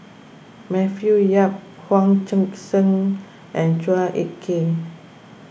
Matthew Yap Hong Sek Chern and Chua Ek Kay